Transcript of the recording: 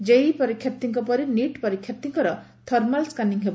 JEE ପରୀକ୍ଷାର୍ଥୀଙ୍କ ପରି NEET ପରୀକ୍ଷାର୍ଥୀଙ୍କର ଥର୍ମାଲ ସ୍କାନିଂ ହେବ